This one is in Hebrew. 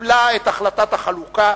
קיבלה את החלטת החלוקה